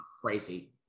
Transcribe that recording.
Crazy